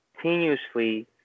continuously